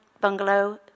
bungalow